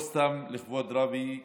או סתם לכבוד רבי שמעון,